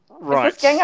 Right